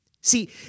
See